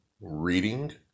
reading